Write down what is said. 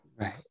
Right